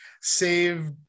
saved